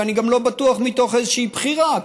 ואני גם לא בטוח שמתוך איזושהי בחירה,